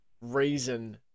reason